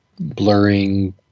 blurring